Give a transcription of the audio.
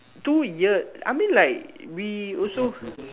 two year I mean like we also